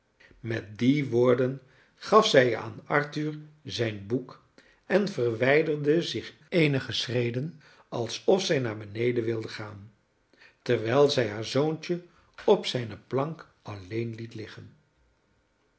met die woorden gaf zij aan arthur zijn boek en verwijderde zich eenige schreden alsof zij naar beneden wilde gaan terwijl zij haar zoontje op zijne plank alleen liet liggen